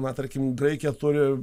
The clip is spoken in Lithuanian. na tarkim graikija turi